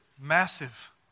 massive